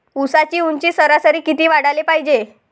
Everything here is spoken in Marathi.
ऊसाची ऊंची सरासरी किती वाढाले पायजे?